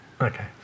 Okay